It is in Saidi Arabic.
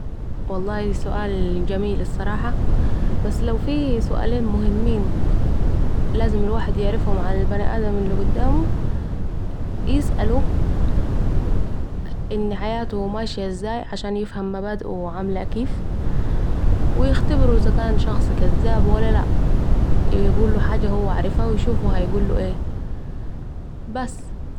والله سؤال جميل الصراحه ، بس لو في سؤالين مهمين لازم الواحد يعرفهم عن البني آدم الي قدامه ، يسأله أن حياته ازاي علشان يفهم مبادئه عامله كيف و يخبره إذا كان شخص كذاب ولا لأ ...يقوله حاجه هو عرفها و يشوفه هيقوله ايه ؟ بس